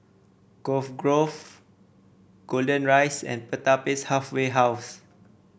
Cove Grove Golden Rise and Pertapis Halfway House